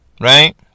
Right